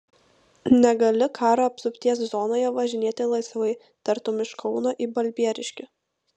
negali karo apsupties zonoje važinėti laisvai tartum iš kauno į balbieriškį